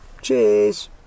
Cheers